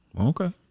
okay